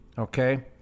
Okay